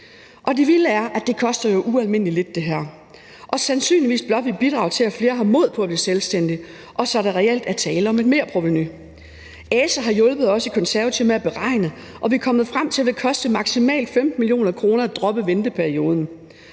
Og det vilde er, det her jo koster ualmindelig lidt, og at det sandsynligvis blot vil bidrage til, at flere har mod på at blive selvstændige, og at der så reelt er tale om et merprovenu. ASE har hjulpet os i Konservative med at beregne det, og vi er kommet frem til, at det vil koste maksimalt 15 mio. kr. at droppe venteperioden.